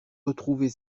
retrouver